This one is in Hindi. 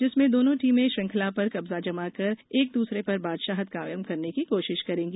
जिसमें दोनों टीमे श्रृखंला पर कब्जा जमा कर एक दूसरे पर बादशाहत कायम करने की कोशिश करेगी